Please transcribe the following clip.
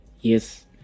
Yes